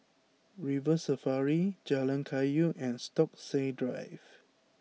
River Safari Jalan Kayu and Stokesay Drive